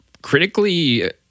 Critically